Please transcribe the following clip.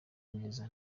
neza